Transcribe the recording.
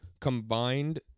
combined